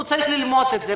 הוא צריך ללמוד את זה.